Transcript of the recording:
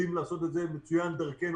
יודעים לעשות את זה מצוין דרכנו,